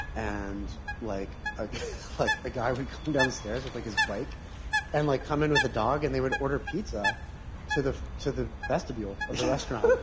and like ah like a guy would come downstairs with like his bike or and like come in with a dog. and they would order pizza to the to the vestibule of the restaurant,